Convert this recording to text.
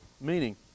meaning